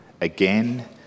Again